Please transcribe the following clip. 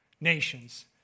nations